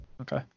Okay